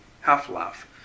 half-laugh